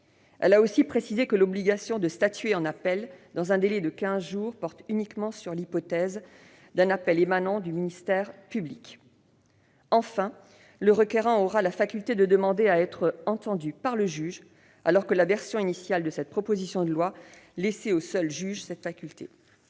Elle a également précisé que l'obligation de statuer en appel dans un délai de quinze jours porte uniquement sur l'hypothèse d'un appel émanant du ministère public. Enfin, le requérant aura la faculté de demander à être entendu par le juge alors que la version initiale de cette proposition de loi laissait au seul juge cette faculté.